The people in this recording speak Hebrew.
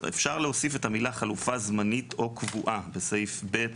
אפשר להוסיף את המילה: ״חלופה זמנית או קבועה״ בסעיף (ב),